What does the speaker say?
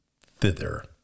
thither